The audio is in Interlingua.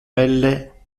belle